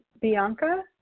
Bianca